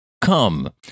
Come